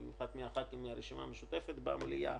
במיוחד מחברי הכנסת מהרשימה המשותפת במליאה